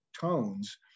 tones